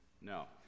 No